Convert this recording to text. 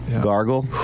Gargle